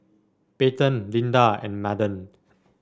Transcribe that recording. Payten Linda and Madden